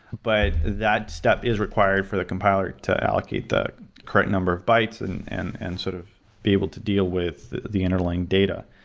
but that step is required for the complier to allocate the correct number of bytes and and and sort of be able to deal with the underlying data.